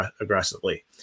aggressively